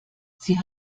sie